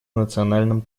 национальном